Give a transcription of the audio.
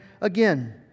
again